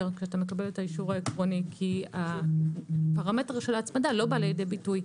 כשאתה מקבל את האישור העקרוני כי הפרמטר של ההצמדה לא בא לידי ביטוי.